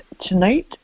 Tonight